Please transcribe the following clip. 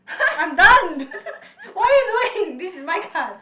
I'm done what are you doing this is my cards